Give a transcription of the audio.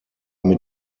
mit